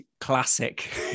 Classic